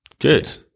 Good